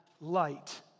light